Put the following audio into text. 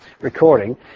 recording